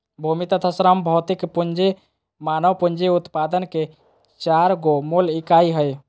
भूमि तथा श्रम भौतिक पूँजी मानव पूँजी उत्पादन के चार गो मूल इकाई हइ